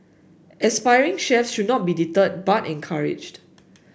aspiring chefs should not be deterred but encouraged